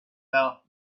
felt